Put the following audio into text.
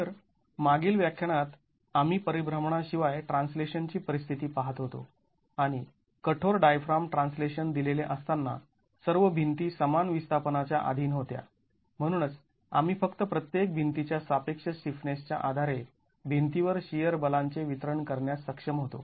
तर मागील व्याख्यानात आम्ही परिभ्रमणा शिवाय ट्रान्सलेशन ची परिस्थिती पाहत होतो आणि कठोर डायफ्राम ट्रान्सलेशन दिलेले असताना सर्व भिंती समान विस्थापनाच्या अधीन होत्या म्हणूनच आम्ही फक्त प्रत्येक भिंती च्या सापेक्ष स्टिफनेस च्या आधारे भिंतीवर शिअर बलांचे वितरण करण्यास सक्षम होतो